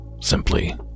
simply